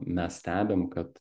mes stebim kad